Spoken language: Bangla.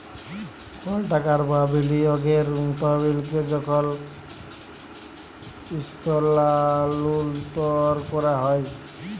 কল টাকা বা বিলিয়গের তহবিলকে যখল ইস্থালাল্তর ক্যরা হ্যয়